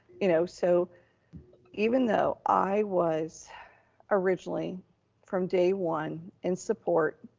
you know, so even though i was originally from day one in support